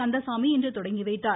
கந்தசாமி இன்று தொடங்கி வைத்தார்